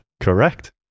Correct